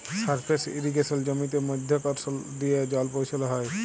surface ইরিগেসলে জমিতে মধ্যাকরসল দিয়ে জল পৌঁছাল হ্যয়